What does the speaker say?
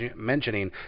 mentioning